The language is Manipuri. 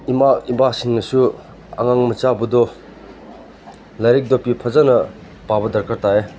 ꯏꯃꯥ ꯏꯄꯥꯁꯤꯡꯅꯁꯨ ꯑꯉꯥꯡ ꯃꯆꯥꯕꯨꯗꯣ ꯂꯥꯏꯔꯤꯛꯇꯣ ꯐꯖꯅ ꯄꯥꯕ ꯗꯔꯀꯥꯔ ꯇꯥꯏꯌꯦ